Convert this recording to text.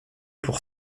pour